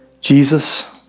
Jesus